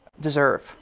deserve